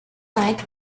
night